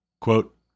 Quote